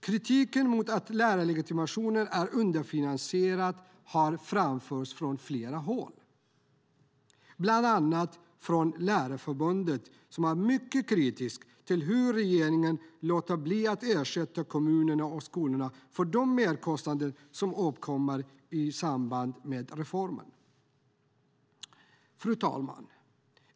Kritiken mot att lärarlegitimationen är underfinansierad har framförts från flera håll, bland annat från Lärarförbundet, som är mycket kritiskt till hur regeringen låter bli att ersätta kommunerna och skolorna för de merkostnader som uppkommer i samband med reformen. Fru talman!